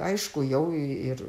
aišku jau ir